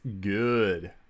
good